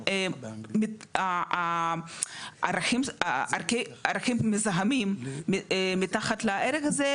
שהערכים המזהמים מתחת לערך הזה,